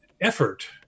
effort